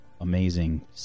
amazing